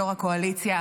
ראש הקואליציה,